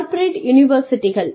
corporate யூனிவர்சிட்டியில்